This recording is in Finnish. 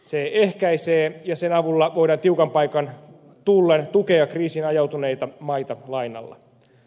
se ehkäisee ja sen avulla voidaan tiukan paikan tullen tukea kriisiin ajautuneita maita lainalla